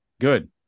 Good